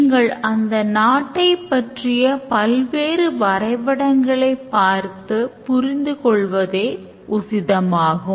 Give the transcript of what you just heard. நீங்கள் அந்த நாட்டைப் பற்றிய பல்வேறு வரை படங்களை பார்த்து புரிந்து கொள்வதே உசிதமாகும்